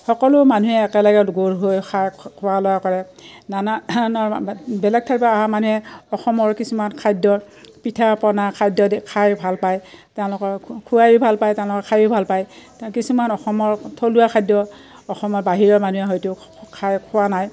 সকলো মানুহে একেলগে গ গৰ হৈ খাই খোৱা লোৱা কৰে নানা ধৰণৰ বেলেগ ঠাইপা আহা মানুহে অসমৰ কিছুমান খাদ্য পিঠা পনা খাদ্য খাই ভাল পায় তেওঁলোকৰ খোৱায়ো ভাল পায় তেওঁলোকে খায়ো ভাল পায় কিছুমান অসমৰ থলুৱা খাদ্য অসমৰ বাহিৰৰ মানুহে হয়তো খাই খোৱা নাই